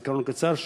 זיכרון לטווח קצר,